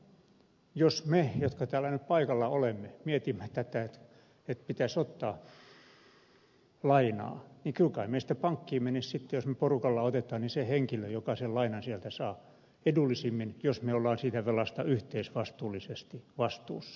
mutta jos me jotka täällä nyt paikalla olemme mietimme tätä että pitäisi ottaa lainaa niin kyllä kai meistä pankkiin menisi sitten jos me porukalla otetaan niin se henkilö joka sen lainan sieltä saa edullisimmin jos me olemme siitä velasta yhteisvastuullisesti vastuussa